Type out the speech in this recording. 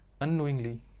unknowingly